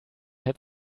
had